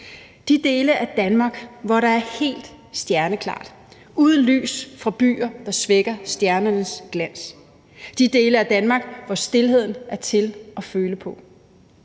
de dele af Danmark, hvor der er helt stjerneklart uden lys fra byer, der svækker stjernernes glans, og de dele af Danmark, hvor stilheden er til at føle på.